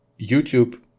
YouTube